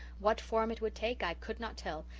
what form it would take i could not tell,